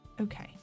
Okay